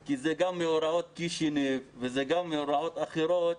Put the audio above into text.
כי זה גם מאורעות קישינב וגם מאורעות אחרות.